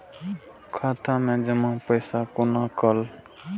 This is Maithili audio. खाता मैं जमा पैसा कोना कल